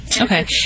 okay